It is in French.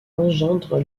engendre